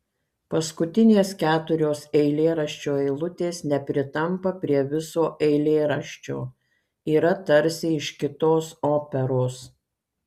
paskutinės keturios eilėraščio eilutės nepritampa prie viso eilėraščio yra tarsi iš kitos operos